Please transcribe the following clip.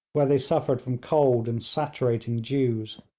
where they suffered from cold and saturating dews.